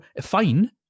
Fine